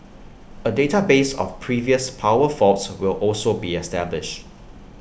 A database of previous power faults will also be established